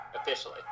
Officially